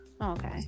Okay